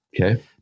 Okay